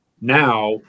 now